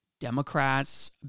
Democrats